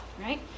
right